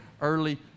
early